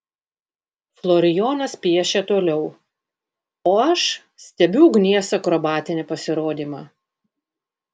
florijonas piešia toliau o aš stebiu ugnies akrobatinį pasirodymą